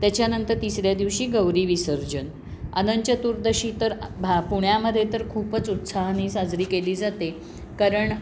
त्याच्यानंतर तिसऱ्या दिवशी गौरी विसर्जन अनंत चतुर्दशी तर भा पुण्यामध्ये तर खूपच उत्साहाने साजरी केली जाते कारण